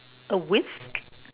a whisk